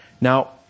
Now